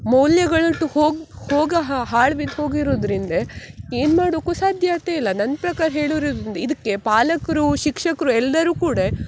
ಮೌಲ್ಯಗಳು ಅಷ್ಟು ಹೋಗಿ ಹೋಗ ಹ ಹಾಳು ಬಿದ್ದು ಹೋಗಿರೋದ್ರಿಂದ ಏನು ಮಾಡಕ್ಕೂ ಸಾಧ್ಯ ಆಗ್ತಾ ಇಲ್ಲ ನನ್ನ ಪ್ರಕಾರ ಹೇಳುರು ಇದು ಇದಕ್ಕೆ ಪಾಲಕರು ಶಿಕ್ಷಕರು ಎಲ್ಲರೂ ಕೂಡಿ